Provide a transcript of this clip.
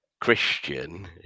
Christian